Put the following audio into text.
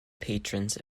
patrons